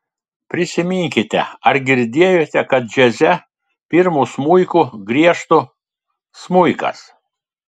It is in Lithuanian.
prisiminkite ar girdėjote kad džiaze pirmu smuiku griežtų smuikas